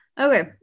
Okay